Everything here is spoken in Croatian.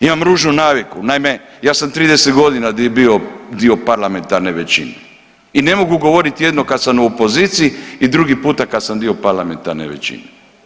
Imam ružnu naviku, naime, ja sam 30 godina dio bio, dio parlamentarne većine i ne mogu govoriti jedno kad sam u opoziciji i drugi puta kad sam dio parlamentarne većine.